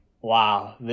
wow